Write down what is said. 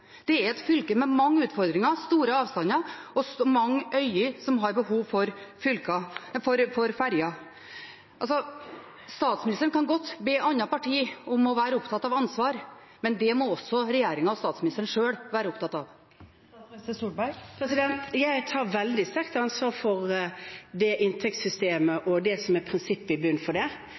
Det er et fylke med mange utfordringer, store avstander og mange øyer som har behov for ferjer. Statsministeren kan godt be andre partier om å være opptatt av ansvar, men det må også regjeringen og statsministeren sjøl være opptatt av. Jeg tar veldig sterkt ansvar for inntektssystemet og det prinsippet som ligger i bunnen for det.